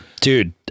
Dude